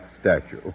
statue